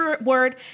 word